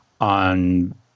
on